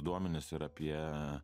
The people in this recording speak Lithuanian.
duomenis ir apie